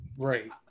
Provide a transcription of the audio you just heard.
right